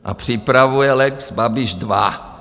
A připravuje lex Babiš dva.